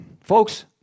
Folks